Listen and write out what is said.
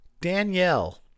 Danielle